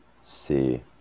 see